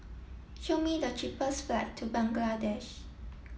show me the cheapest flight to Bangladesh